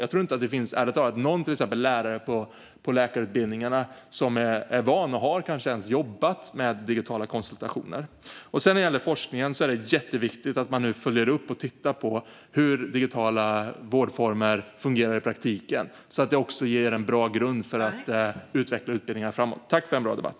Jag tror ärligt talat inte att det finns någon lärare på läkarutbildningen som har vana av att jobba med digitala konsultationer. När det gäller forskningen är det jätteviktigt att man nu följer upp och tittar på hur digitala vårdformer fungerar i praktiken, så att det också ger en bra grund för att utveckla utbildningarna framåt. Tack för en bra debatt!